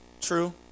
true